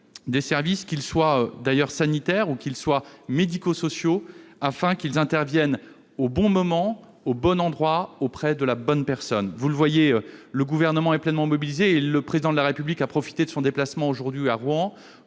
des services, qu'ils soient sanitaires ou médico-sociaux, afin qu'ils interviennent au bon moment, au bon endroit, auprès de la bonne personne. Vous le voyez, le Gouvernement est pleinement mobilisé. Le Président de la République a profité de son déplacement aujourd'hui à Rouen